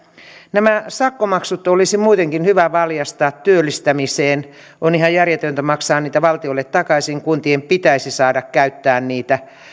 nämä sakkomaksut olisi muutenkin hyvä valjastaa työllistämiseen on ihan järjetöntä maksaa niitä valtiolle takaisin kuntien pitäisi saada käyttää niitä